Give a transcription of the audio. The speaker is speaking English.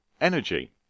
energy